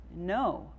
no